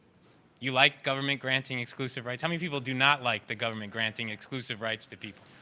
you like government granting exclusive rights? how many people do not like the government granting exclusive rights to people?